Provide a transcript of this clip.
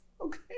Okay